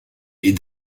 est